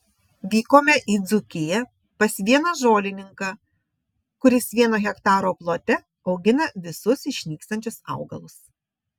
vykome į dzūkiją pas vieną žolininką kuris vieno hektaro plote augina visus išnykstančius augalus